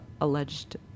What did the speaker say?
alleged